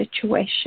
situation